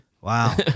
wow